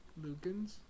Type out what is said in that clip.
Lucans